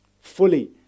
fully